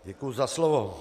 Děkuji za slovo.